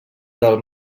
del